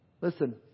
Listen